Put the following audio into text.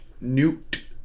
Newt